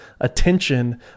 attention